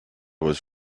was